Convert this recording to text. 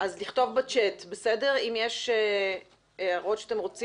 יש הערות,